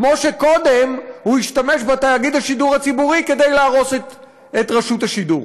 כמו שקודם הוא השתמש בתאגיד השידור הציבורי כדי להרוס את רשות השידור.